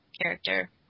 character